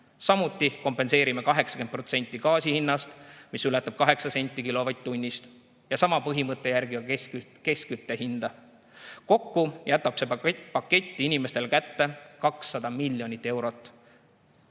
Samuti kompenseerime 80% gaasi hinnast, mis ületab kaheksa senti kilovatt-tunnist, ja sama põhimõtte järgi ka keskkütte hinda. Kokku jätab see pakett inimestele kätte 200 miljonit eurot